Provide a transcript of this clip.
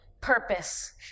purpose